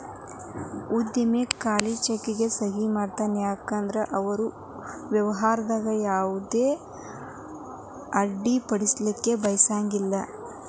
ಉದ್ಯಮಿ ಖಾಲಿ ಚೆಕ್ಗೆ ಸಹಿ ಮಾಡತಾನ ಯಾಕಂದ್ರ ಅವರು ವ್ಯವಹಾರದಾಗ ಯಾವುದ ಅಡ್ಡಿಪಡಿಸಲಿಕ್ಕೆ ಬಯಸಂಗಿಲ್ಲಾ